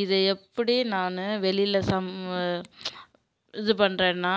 இது எப்படி நான் வெளியில் சம் இது பண்றேன்னா